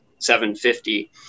750